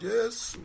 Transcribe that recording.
Yes